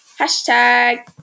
Hashtag